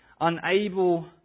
unable